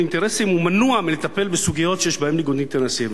אינטרסים מנוע מלטפל בסוגיות שיש בהן ניגוד אינטרסים,